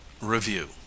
Review